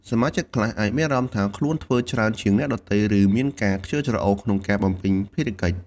សមាជិកខ្លះអាចមានអារម្មណ៍ថាខ្លួនធ្វើច្រើនជាងអ្នកដទៃ ឬមានការខ្ជិលច្រអូសក្នុងការបំពេញភារកិច្ច។